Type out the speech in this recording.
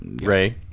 Ray